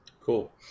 Cool